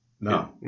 No